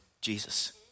Jesus